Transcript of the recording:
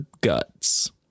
guts